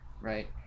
right